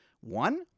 One